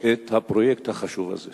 את הפרויקט החשוב הזה.